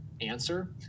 answer